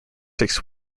six